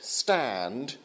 stand